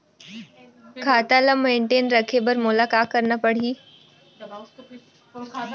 खाता ल मेनटेन रखे बर मोला का करना पड़ही?